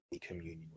communion